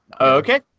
Okay